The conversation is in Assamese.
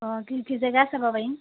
অঁ কি কি জেগা চাব পাৰিম